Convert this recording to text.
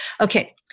Okay